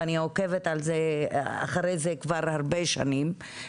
ואני עוקבת אחרי זה כבר הרבה שנים,